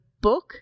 book